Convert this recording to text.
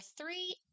three